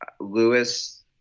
Lewis